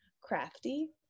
crafty